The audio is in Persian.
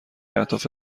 اهداف